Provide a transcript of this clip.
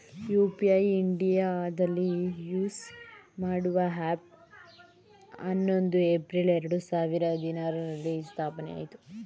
UPI ಇಂಡಿಯಾದಲ್ಲಿ use ಮಾಡುವ ಹ್ಯಾಪ್ ಹನ್ನೊಂದು ಏಪ್ರಿಲ್ ಎರಡು ಸಾವಿರದ ಹದಿನಾರುರಲ್ಲಿ ಸ್ಥಾಪನೆಆಯಿತು